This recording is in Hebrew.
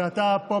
ואתה פה,